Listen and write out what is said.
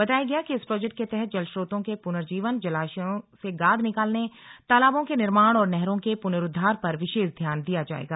बताया गया कि इस प्रोजेक्ट के तहत जलस्त्रोतों के पुनर्जीवन जलाशयों से गाद निकालने तालाबों के निर्माण और नहरों के पुनरूद्वार पर विशेष ध्यान दिया जाएगा